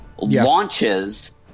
launches